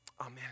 amen